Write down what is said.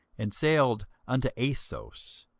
and sailed unto assos,